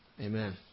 Amen